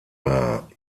war